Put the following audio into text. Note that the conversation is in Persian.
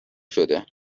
شده